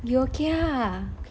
you okay ah